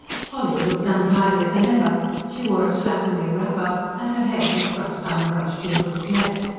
polly looked untidier than ever she wore a slatternly wrapper, and her hair was thrust unbrushed into its net.